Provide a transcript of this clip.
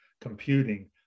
computing